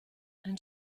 ein